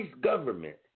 government